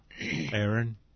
Aaron